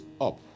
up